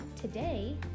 today